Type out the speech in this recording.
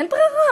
אין ברירה.